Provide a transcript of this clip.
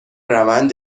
روند